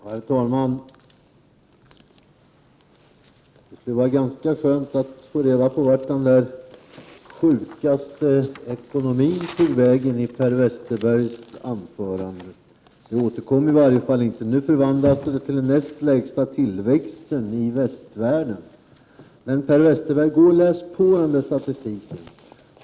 Herr talman! Det skulle vara ganska skönt att få reda på vart ”den sjuka ekonomin” tog vägen i Per Westerbergs anförande. Det återkom i varje fall inte. Nu förvandlas det till ”den näst lägsta tillväxten i västvärlden”. Per Westerberg! Gå och läs på den där statistiken!